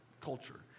culture